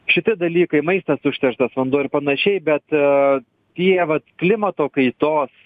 šitie dalykai maistas užterštas vanduo ir panašiai bet tie vat klimato kaitos